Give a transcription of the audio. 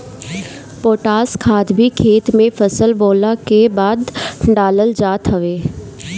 potash खाद भी खेत में फसल बोअला के बाद डालल जात हवे